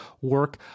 work